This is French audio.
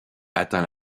atteint